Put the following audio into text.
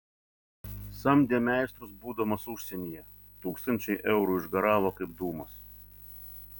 samdė meistrus būdamas užsienyje tūkstančiai eurų išgaravo kaip dūmas